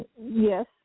Yes